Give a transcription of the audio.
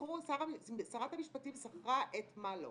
שרת המשפטים שכרה את מאל"ו,